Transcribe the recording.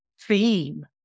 theme